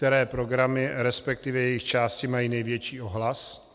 Které programy, respektive jejich části, mají největší ohlas?